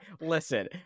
listen